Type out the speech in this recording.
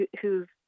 who've